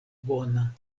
bona